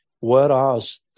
whereas